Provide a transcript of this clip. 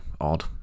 odd